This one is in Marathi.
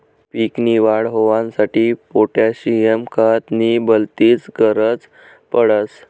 पीक नी वाढ होवांसाठी पोटॅशियम खत नी भलतीच गरज पडस